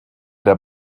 der